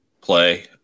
play